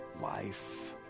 life